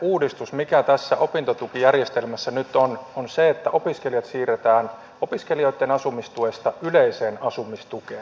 uudistus mikä tässä opintotukijärjestelmässä nyt on että opiskelijat siirretään opiskelijoitten asumistuesta yleiseen asumistukeen